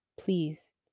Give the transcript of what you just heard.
Please